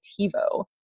TiVo